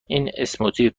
اسموتی